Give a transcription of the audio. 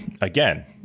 Again